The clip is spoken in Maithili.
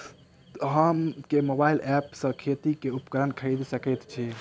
हम केँ मोबाइल ऐप सँ खेती केँ उपकरण खरीदै सकैत छी?